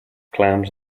clams